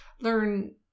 learn